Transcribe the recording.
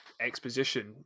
exposition